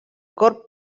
corb